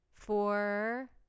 Four